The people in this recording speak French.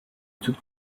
toute